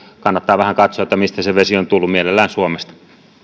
kannattaa vähän katsoa että mistä se vesi on tullut mielellään suomesta